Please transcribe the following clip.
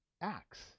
acts